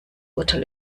urteil